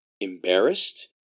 embarrassed